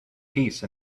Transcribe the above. peace